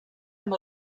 amb